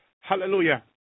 Hallelujah